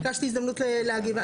ביקשתי הזדמנות להגיב.